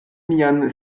mian